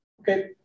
Okay